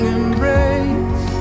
embrace